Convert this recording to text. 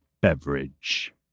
Beverage